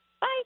Bye